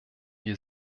wir